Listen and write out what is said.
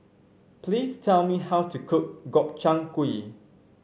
please tell me how to cook Gobchang Gui